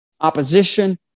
Opposition